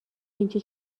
اینجا